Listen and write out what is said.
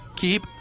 keep